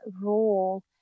role